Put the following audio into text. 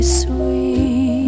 sweet